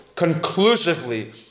conclusively